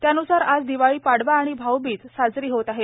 त्यान्सार आज दिवाळी पाडवा आणि भाऊबीज साजरी होत आहे